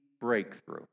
breakthrough